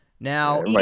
Now